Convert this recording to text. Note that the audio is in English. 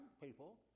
people